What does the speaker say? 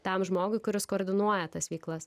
tam žmogui kuris koordinuoja tas veiklas